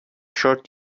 short